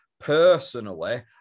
personally